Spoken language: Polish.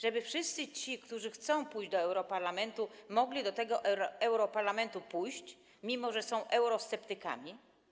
Żeby wszyscy ci, którzy chcą pójść do europarlamentu, mogli do tego europarlamentu pójść, mimo że są eurosceptykami?